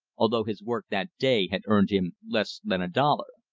although his work that day had earned him less than a dollar.